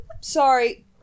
Sorry